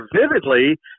vividly